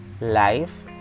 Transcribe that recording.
Life